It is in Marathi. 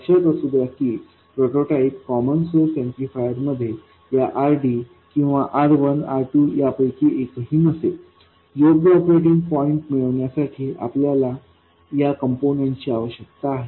लक्षात असू द्या की प्रोटोटाइप कॉमन सोर्स ऍम्प्लिफायर मध्ये या RD किंवा R1 R2 यापैकी एकही नसेल योग्य ऑपरेटिंग पॉईंट मिळवण्या साठी आपल्याला या कंपोनेंट्स ची आवश्यकता आहे